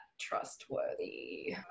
trustworthy